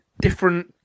different